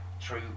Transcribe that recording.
true